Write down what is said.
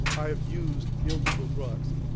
i have used illegal drugs.